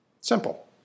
Simple